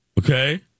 Okay